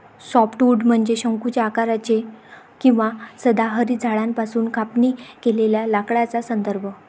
softwood म्हणजे शंकूच्या आकाराचे किंवा सदाहरित झाडांपासून कापणी केलेल्या लाकडाचा संदर्भ